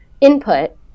input